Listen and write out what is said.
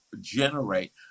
generate